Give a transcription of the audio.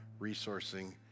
resourcing